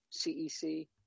cec